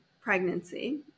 pregnancy